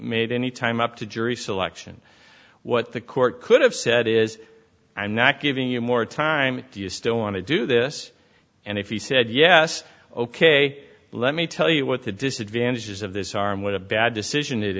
made anytime up to jury selection what the court could have said is i'm not giving you more time do you still want to do this and if he said yes ok let me tell you what the disadvantages of this are and what a bad decision it